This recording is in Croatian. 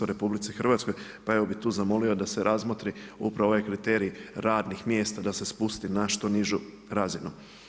Pa evo bih tu zamolio da se razmotri upravo ovaj kriterij radnih mjesta, da se spusti na što nižu razinu.